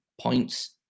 points